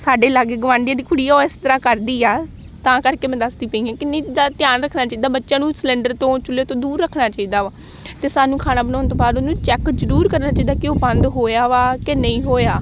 ਸਾਡੇ ਲਾਗੇ ਗੁਆਂਢੀਆਂ ਦੀ ਕੁੜੀ ਆ ਉਹ ਇਸ ਤਰ੍ਹਾਂ ਕਰਦੀ ਆ ਤਾਂ ਕਰਕੇ ਮੈਂ ਦੱਸਦੀ ਪਈ ਹਾਂ ਕਿੰਨੀ ਜ਼ਿਆਦਾ ਧਿਆਨ ਰੱਖਣਾ ਚਾਹੀਦਾ ਬੱਚਿਆਂ ਨੂੰ ਸਿਲੰਡਰ ਤੋਂ ਚੁੱਲ੍ਹੇ ਤੋਂ ਦੂਰ ਰੱਖਣਾ ਚਾਹੀਦਾ ਵਾ ਅਤੇ ਸਾਨੂੰ ਖਾਣਾ ਬਣਾਉਣ ਤੋਂ ਬਾਅਦ ਉਹਨੂੰ ਚੈੱਕ ਜ਼ਰੂਰ ਕਰਨਾ ਚਾਹੀਦਾ ਕਿ ਉਹ ਬੰਦ ਹੋਇਆ ਵਾ ਕਿ ਨਹੀਂ ਹੋਇਆ